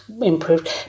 improved